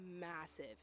massive